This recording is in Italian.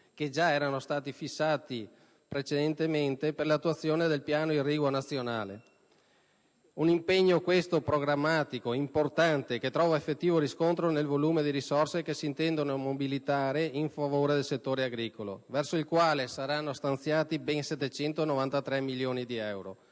che già erano stati fissati precedentemente per l'attuazione del piano irriguo nazionale. Si tratta di un impegno programmatico importante, che trova effettivo riscontro nel volume delle risorse che si intendono mobilitare in favore del settore agricolo, verso il quale saranno stanziati ben 793 milioni di euro.